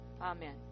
Amen